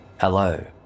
Hello